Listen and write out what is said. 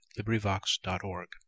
LibriVox.org